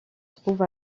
trouve